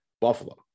Buffalo